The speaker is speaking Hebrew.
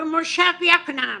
במושב יקנעם,